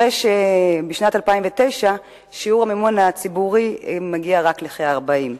הרי שבשנת 2009 שיעור המימון הציבורי מגיע רק לכ-40%.